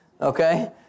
okay